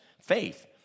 Faith